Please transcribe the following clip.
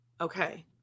okay